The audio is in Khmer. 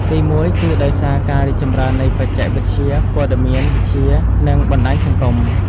ទីមួយគឺដោយសារការរីកចម្រើននៃបច្ចេកវិទ្យាព័ត៌មានវិទ្យានិងបណ្តាញសង្គម។